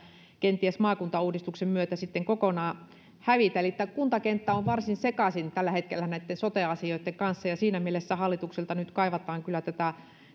kenties maakuntauudistuksen myötä sitten kokonaan hävitä eli tämä kuntakenttä on varsin sekaisin tällä hetkellä näitten sote asioitten kanssa ja siinä mielessä hallitukselta nyt kaivataan kyllä tätä